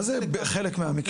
מה זה בחלק מהמקרים?